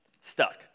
stuck